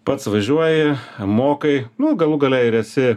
pats važiuoji mokai nu galų gale ir esi